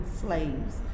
slaves